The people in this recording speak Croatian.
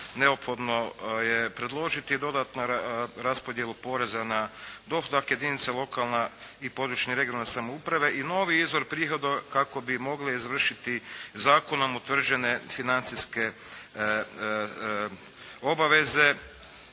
neophodno je predložiti dodatnu raspodjelu poreza na dohodak jedinica lokalne i područne i regionalne samouprave i novi izvor prihoda kako bi mogle izvršiti zakonom utvrđene financijske obaveze